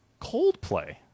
Coldplay